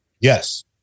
Yes